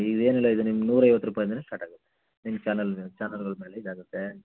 ಇದೇನಿಲ್ಲ ಇದು ನಿಮ್ಮ ನೂರೈವತ್ತು ರೂಪಾಯಿಂದಲೇ ಸ್ಟಾಟಾಗುತ್ತೆ ನಿಮ್ಮ ಚಾನಲ್ ಚಾನಲ್ಗಳ ಮೇಲೆ ಇದಾಗುತ್ತೆ